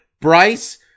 Bryce